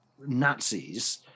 nazis